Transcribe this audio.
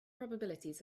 probabilities